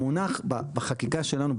המונח בחקיקה שלנו,